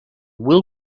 will